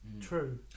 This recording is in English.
true